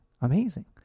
Amazing